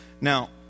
Now